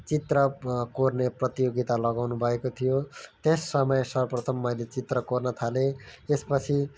चित्र कोर्ने प्रतियोगिता लगाउनु भएको थियो त्यस समय सर्वप्रथम मैले चित्र कोर्न थालेँ यसपछि